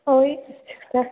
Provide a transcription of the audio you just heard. ꯍꯣꯏ ꯁꯤꯁꯇꯔ